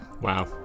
Wow